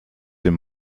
den